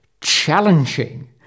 challenging